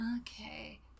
Okay